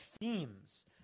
themes